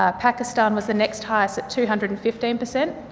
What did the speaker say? ah pakistan was the next highest, at two hundred and fifteen per cent,